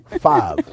five